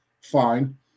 fine